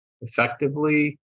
effectively